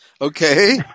Okay